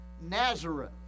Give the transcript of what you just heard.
Nazareth